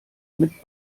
mit